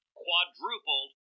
quadrupled